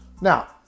Now